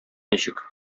ничек